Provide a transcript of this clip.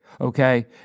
okay